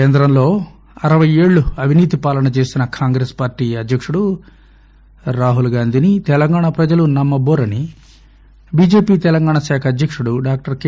కేంద్రంలో అరపై యేళ్లు అవినీతిపాలన చేసిన కాంగ్రెస్పార్టీ అధ్యకుడు రాహుల్గాంధీని తెలంగాణ ప్రజలు నమ్మ రని బిజెపి తెలంగాణ శాఖ అధ్యకుడు డాక్టర్ కె